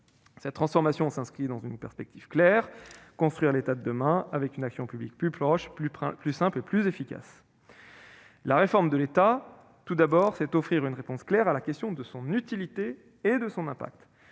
Cette transformation s'inscrit dans une perspective claire : construire l'État de demain, celui d'une action publique plus proche, plus simple et plus efficace. Réformer l'État, tout d'abord, c'est répondre sans ambiguïté à la question de son utilité et de son impact.